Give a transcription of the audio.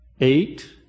eight